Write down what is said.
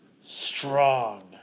strong